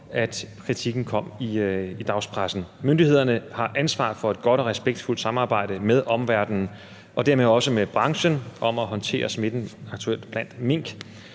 at kritikken kom i dagspressen. Myndighederne har ansvaret for et godt og respektfuldt samarbejde med omverdenen og dermed også med branchen, aktuelt om at håndtere smitten blandt mink.